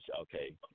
okay